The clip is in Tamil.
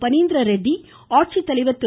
பனீந்திர ரெட்டி ஆட்சித்தலைவர் திரு